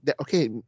okay